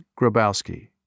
Grabowski